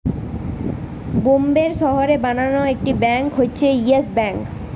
বোম্বের শহরে বানানো একটি ব্যাঙ্ক হচ্ছে ইয়েস ব্যাঙ্ক